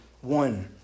one